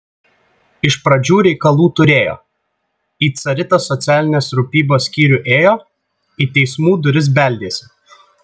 iš pradžių reikalų turėjo į caritas socialinės rūpybos skyrių ėjo į teismų duris beldėsi